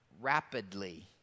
rapidly